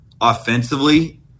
offensively